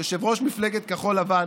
יושב-ראש מפלגת כחול לבן,